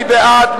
מי בעד?